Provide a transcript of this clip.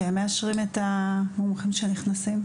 ושהם מאשרים את המומחים שנכנסים?